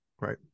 Right